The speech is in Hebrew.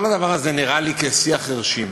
כל הדבר הזה נראה לי כשיח חירשים.